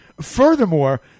Furthermore